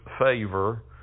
favor